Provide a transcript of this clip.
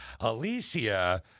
Alicia